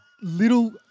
little